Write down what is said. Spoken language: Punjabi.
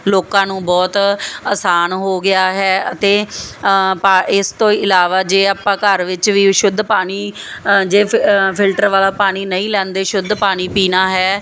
ਲੋਕਾਂ ਨੂੰ ਬਹੁਤ ਆਸਾਨ ਹੋ ਗਿਆ ਹੈ ਅਤੇ ਇਸ ਤੋਂ ਇਲਾਵਾ ਜੇ ਆਪਾਂ ਘਰ ਵਿੱਚ ਵੀ ਸ਼ੁੱਧ ਪਾਣੀ ਜੇ ਫਿਲਟਰ ਵਾਲਾ ਪਾਣੀ ਨਹੀਂ ਲੈਂਦੇ ਸ਼ੁੱਧ ਪਾਣੀ ਪੀਣਾ ਹੈ